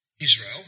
Israel